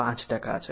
5 છે